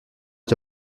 est